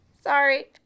sorry